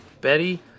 Betty